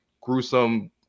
gruesome